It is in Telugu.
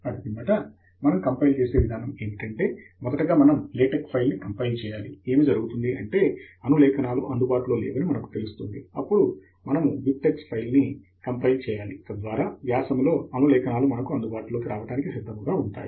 అటు పిమ్మట మనం కంపైల్ చేసే విధానం ఏమిటంటే మొదటగా మనం లేటెక్ ఫైల్ ని కంపైల్ చేయాలి ఏమి జరుగుతుంది అంటే అనులేఖనాలు అందుబాటులో లేవని మనకు తెలుస్తుంది అప్పుడు మనము బిబ్ టెక్స్ ఫైల్ ని కంపైల్ చేయాలి తద్వారా వ్యాసములో అనులేఖనాలు మనకు అందుబాటులోకి రావటానికి సిద్ధముగా ఉంటాయి